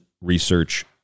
Research